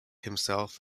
himself